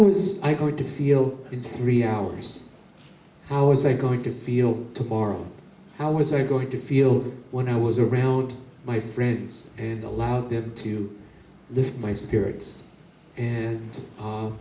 was i going to feel in three hours how was i going to feel tomorrow how was i going to feel when i was around my friends and allowed them to lift my spirits and